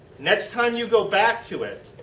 next time you go back to it,